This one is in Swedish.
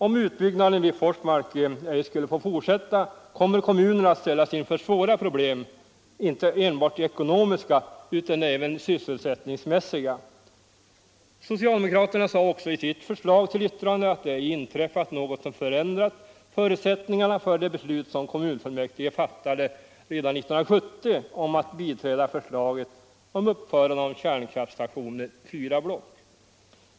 Om utbyggnaden vid Forsmark ej skulle få fortsätta kommer kommunen att ställas inför svåra problem, inte enbart ekonomiska utan även sysselsättningsmässiga. Socialdemokraterna sade också i sitt förslag till yttrande att det ej inträffat något som ändrat förutsättningarna för de beslut som kommunfullmäktige fattade redan 1970 om att biträda förslaget om uppförande av en kärnkraftstation med fyra block.